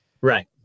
Right